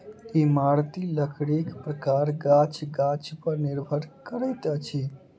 इमारती लकड़ीक प्रकार गाछ गाछ पर निर्भर करैत अछि